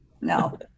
No